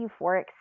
euphoric